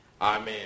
amen